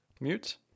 Mute